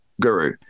Guru